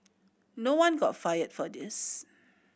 no one got fired for this